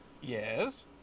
yes